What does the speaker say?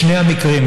בשני המקרים,